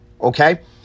Okay